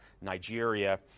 Nigeria